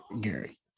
Gary